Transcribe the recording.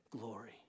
glory